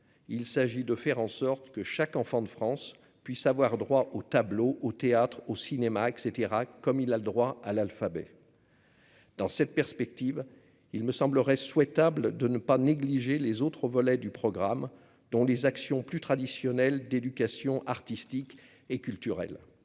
il s'agit de faire en sorte que chaque enfant de France puisse avoir droit au tableau au théâtre, au cinéma, et caetera, comme il a le droit à l'alphabet dans cette perspective, il me semblerait souhaitable de ne pas négliger les autres volets du programme dont les actions plus traditionnelles d'éducation artistique et culturelle,